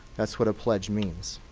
that's what a pledge means.